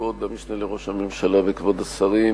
כבוד המשנה לראש הממשלה וכבוד השרים,